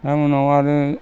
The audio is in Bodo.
दा उनाव आरो